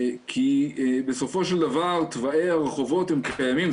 כי בסופו של דבר תוואי הרחובות כבר קיימים,